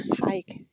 hike